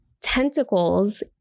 tentacles